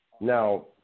Now